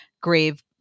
grave